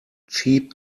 cheap